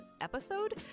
episode